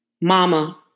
mama